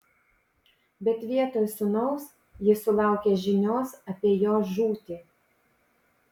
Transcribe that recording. bet vietoj sūnaus ji sulaukė žinios apie jo žūtį